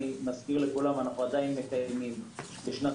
נזכיר לכולם שאנחנו עדיין מקיימים בשנת